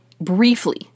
briefly